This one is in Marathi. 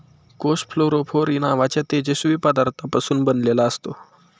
कोष फ्लोरोफोर नावाच्या तेजस्वी पदार्थापासून बनलेला असतो